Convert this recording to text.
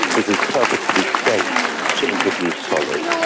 it is perfectly safe to introduce solids.